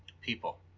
people